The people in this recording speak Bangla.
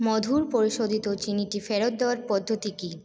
মধুর পরিশোধিত চিনিটি ফেরত দেওয়ার পদ্ধতি কি